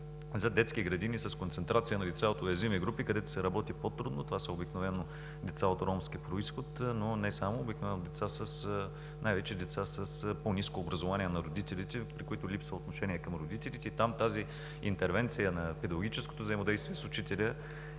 за детски градини с концентрация на лица от уязвими групи, където се работи по-трудно. Това са обикновено деца от ромски произход, но и не само – обикновено, най-вече деца с по-ниско образование на родителите, при които липсва отношение към образованието. Там тази интервенция на педагогическото взаимодействие с учителя